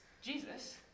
Jesus